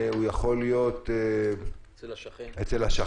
הרי אנחנו יודעים שאם אני עם הפלאפון נמצא במקום